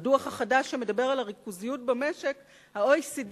בדוח החדש שמדבר על הריכוזיות במשק ה-OECD